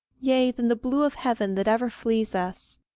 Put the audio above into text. yea, than the blue of heaven that ever flees us!